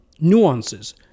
nuances